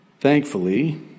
Thankfully